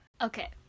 Okay